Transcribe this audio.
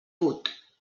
put